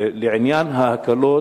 לעניין ההקלות